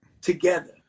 together